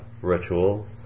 ritual